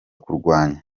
kurwanya